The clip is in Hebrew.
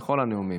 לכל הנאומים.